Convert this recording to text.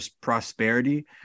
prosperity